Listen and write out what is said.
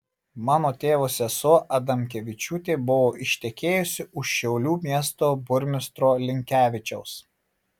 mano tėvo sesuo adamkavičiūtė buvo ištekėjusi už šiaulių miesto burmistro linkevičiaus